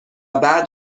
بعد